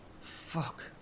Fuck